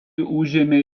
užėmė